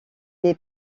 les